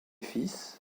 fils